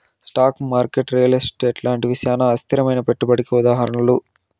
stock market real estate లాంటివి చానా అస్థిరమైనా పెట్టుబడికి ఉదాహరణలు